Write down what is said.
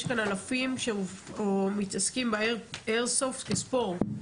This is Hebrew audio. כאן אלפים שמתעסקים באיירסופט כספורט,